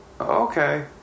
okay